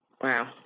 Wow